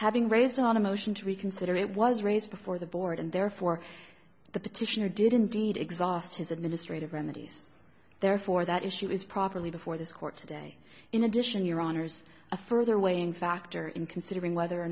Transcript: having raised on a motion to reconsider it was raised before the board and therefore the petitioner did indeed exhaust his administrative remedies therefore that issue was properly before this court today in addition your honour's a further weighing factor in considering whether or